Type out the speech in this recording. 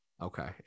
Okay